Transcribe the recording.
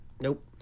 Nope